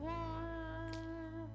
one